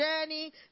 Jenny